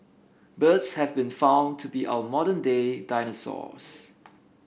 birds have been found to be our modern day dinosaurs